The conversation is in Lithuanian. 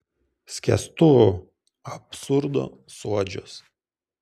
skęstu absurdo suodžiuos